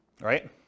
right